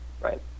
right